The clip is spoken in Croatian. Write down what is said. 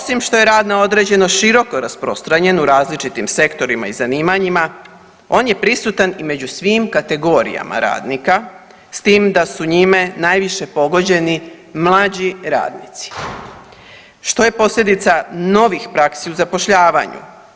Osim što je rad na određeno široko rasprostranjen u različitim sektorima i zanimanjima on je prisutan i među svim kategorijama radnika s tim da su njime najviše pogođeni mlađi radnici, što je posljedica novih praksi u zapošljavanju.